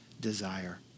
desire